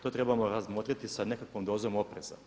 To trebamo razmotriti sa nekakvom dozom opreza.